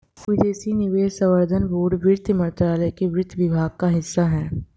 विदेशी निवेश संवर्धन बोर्ड वित्त मंत्रालय के वित्त विभाग का हिस्सा है